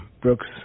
Brooks